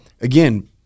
again